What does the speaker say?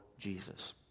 Jesus